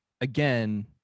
again